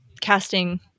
casting